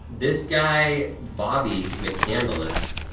this guy bobby mccandless,